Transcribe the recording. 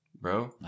bro